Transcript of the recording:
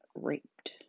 raped